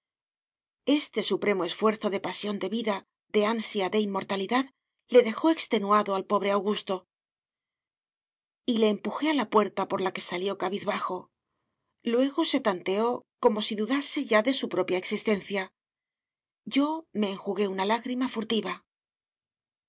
este supremo esfuerzo de pasión de vida de ansia de inmortalidad le dejó extenuado al pobre augusto y le empujé a la puerta por la que salió cabizbajo luego se tanteó como si dudase ya de su propia existencia yo me enjugué una lágrima furtiva